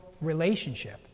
relationship